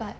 oh